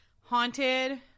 haunted